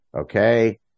Okay